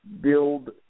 build